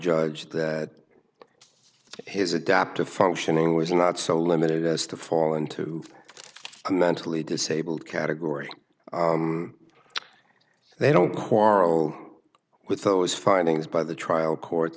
judge that his adoptive functioning was not so limited as to fall into a mentally disabled category they don't quarrel with those findings by the trial court